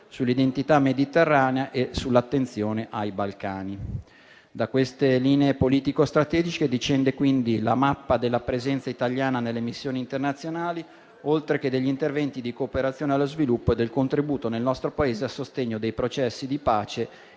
sull'identità mediterranea e sull'attenzione ai Balcani. Da queste linee politico-strategiche discende quindi la mappa della presenza italiana nelle missioni internazionali, oltre che degli interventi di cooperazione allo sviluppo e del contributo nel nostro Paese a sostegno dei processi di pace